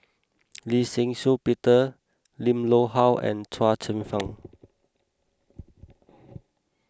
Lee Shih Shiong Peter Lim Loh Huat and Chua Chim Kang